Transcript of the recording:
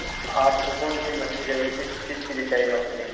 آپ کو کون سی مچھلی چاہیے کس چیز کے لیے چاہیے مچھلی